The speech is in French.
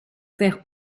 vers